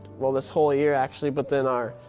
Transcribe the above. well, this whole year, actually, but then our,